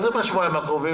מה זה "בשבועיים הקרובים"?